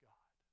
God